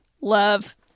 Love